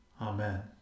Amen